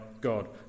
God